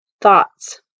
thoughts